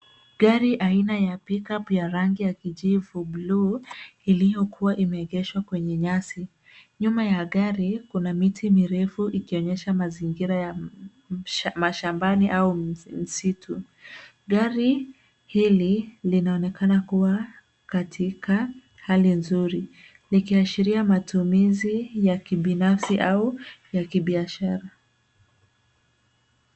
Gari aina ya pickup la rangi ya buluu iliyokuwa imeegeshwa kwenye nyasi. Nyuma ya gari kuna miti mirefu ikionyesha mazingira ya mashambani au msitu. Gari hili linaonekana kuwa katika hali nzuri likiashiria matumizi ya kibinafsi au ya kibiashara.